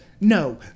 no